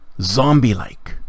zombie-like